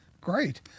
Great